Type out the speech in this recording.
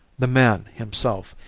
the man himself,